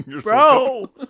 bro